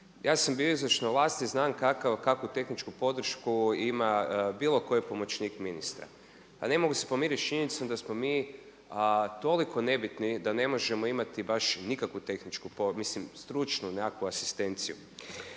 Ja sam bio u izvršnoj vlasti, znam kakvu tehničku podršku ima bilo koji pomoćnik ministra. Ali ne mogu se pomiriti sa činjenicom da smo mi toliko nebitni da ne možemo imati baš nikakvu tehničku, mislim stručnu nekakvu asistenciju.